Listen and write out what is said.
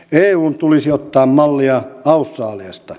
eun tulisi ottaa mallia australiasta